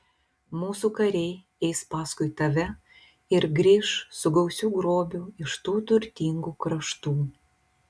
mūsų kariai eis paskui tave ir grįš su gausiu grobiu iš tų turtingų kraštų